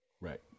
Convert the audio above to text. Right